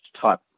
type